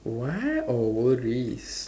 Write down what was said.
what oh worries